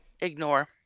ignore